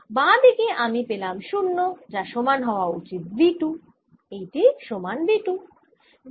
বাঁ দিকে আমি পেলাম 0 যা সমান হওয়া উচিত V 2 এইটি সমান V 2